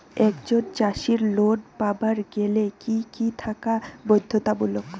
একজন চাষীর লোন পাবার গেলে কি কি থাকা বাধ্যতামূলক?